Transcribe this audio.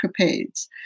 capades